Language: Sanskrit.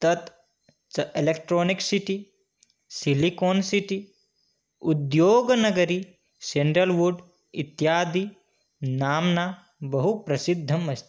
तत् च एलेक्ट्रोनिक् सिटि सिलिकान् सिटि उद्योगनगरी स्यण्डल्वुड् इत्यादिनाम्ना बहुप्रसिद्धम् अस्ति